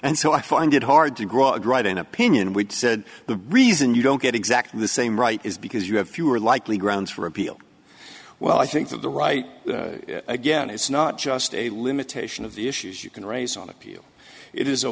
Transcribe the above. and so i find it hard to grow and write an opinion which said the reason you don't get exactly the same right is because you have fewer likely grounds for appeal well i think that the right again is not just a limitation of the issues you can raise on appeal it is a